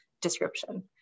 description